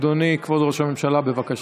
אדוני כבוד ראש הממשלה, בבקשה.